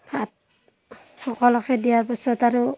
ভাত সকলোকে দিয়াৰ পাছত আৰু